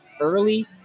early